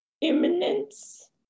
imminence